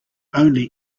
only